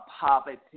poverty